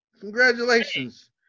Congratulations